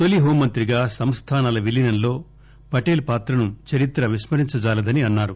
తొలి హోంమంత్రిగా సంస్లానాల విలీనంలో పటేల్ పాత్రను చరిత్ర విస్కరించ జాలదని అన్నారు